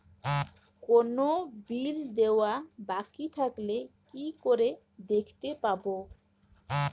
কোনো বিল দেওয়া বাকী থাকলে কি করে দেখতে পাবো?